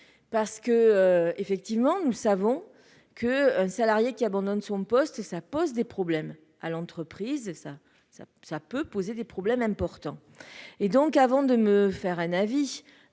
parce que, effectivement, nous savons que salarié qui abandonne son poste et ça pose des problèmes à l'entreprise, et ça ça ça peut poser des problèmes importants et donc avant de me faire un avis